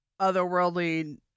otherworldly